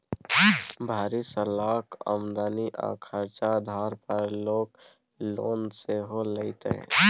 भरि सालक आमदनी आ खरचा आधार पर लोक लोन सेहो लैतै